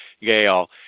Gail